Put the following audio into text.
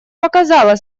показала